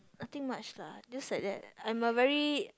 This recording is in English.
nothing much lah just like that I'm a very